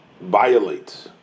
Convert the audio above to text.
violate